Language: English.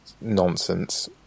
nonsense